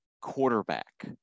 quarterback